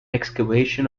excavation